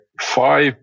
five